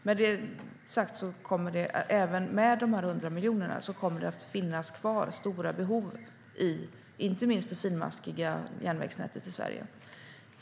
Med detta sagt kommer det även med dessa 100 miljoner att finnas kvar stora behov, inte minst i det finmaskiga järnvägsnätet i Sverige.